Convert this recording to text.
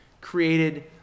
created